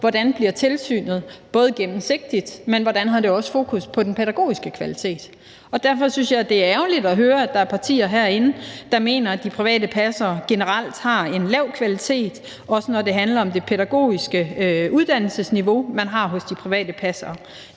hvordan tilsynet bliver gennemsigtigt, og et fokus på den pædagogiske kvalitet. Derfor synes jeg, det er ærgerligt at høre, at der er partier herinde, der mener, at de private pasningstilbud generelt har en dårlig kvalitet, også når det handler om de private passeres pædagogiske uddannelsesniveau. Det er ikke det indtryk, jeg